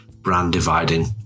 brand-dividing